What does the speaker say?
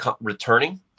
returning